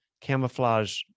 camouflage